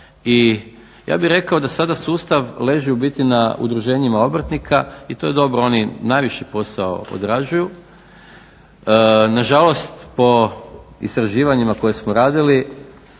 I ja bih rekao da sada sustav leži u biti na udruženjima obrtnika i to je dobro. Oni najviši posao odrađuju. Na žalost po istraživanjima koje smo radili,